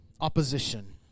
opposition